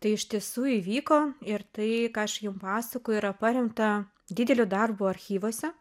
tai iš tiesų įvyko ir tai ką aš jum pasakoju yra paremta dideliu darbu archyvuose